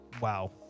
wow